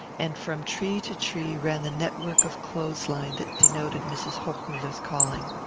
and from tree to tree ran the network of clothes-line that denoted mrs. hochmuller's calling.